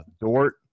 Dort